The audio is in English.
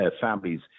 families